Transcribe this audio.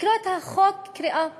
לקרוא את החוק קריאה פוליטית,